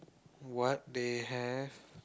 what they have